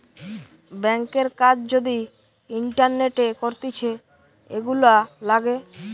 ব্যাংকের কাজ যদি ইন্টারনেটে করতিছে, এগুলা লাগে